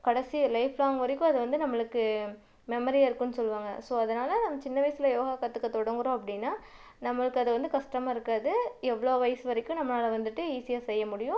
கடைசி life long வரைக்கும் அது வந்து நம்மளுக்கு மெமரியாக இருக்கும்னு சொல்லுவாங்க ஸோ அதனால் நம்ம சின்ன வயசில் யோகா கற்றுக்க தொடங்குறோம் அப்படின்னா நம்மளுக்கு அது வந்து கஷ்டமாக இருக்காது எவ்வளோ வயசு வரைக்கும் நம்மளால் வந்துவிட்டு ஈஸியாக செய்ய முடியும்